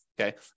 okay